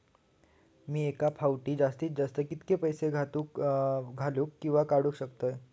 मी एका फाउटी जास्तीत जास्त कितके पैसे घालूक किवा काडूक शकतय?